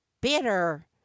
bitter